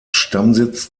stammsitz